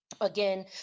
again